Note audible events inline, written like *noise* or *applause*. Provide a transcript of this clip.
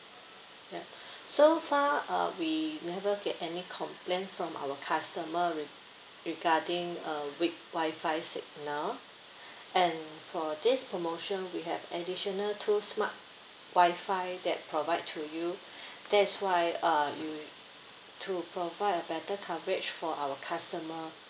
yup *breath* so far uh we never get any complaint from our customer re~ regarding a weak wi-fi signal and for this promotion we have additional two smart wi-fi that provide to you *breath* that's why uh you to provide a better coverage for our customer